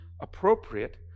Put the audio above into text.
appropriate